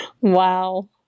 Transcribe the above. wow